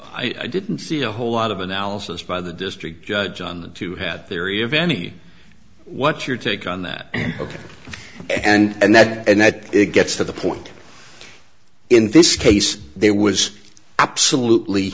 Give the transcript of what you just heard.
i didn't see a whole lot of analysis by the district judge on to head theory of any what's your take on that ok and that and that it gets to the point in this case there was absolutely